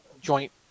joint